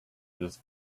this